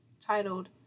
titled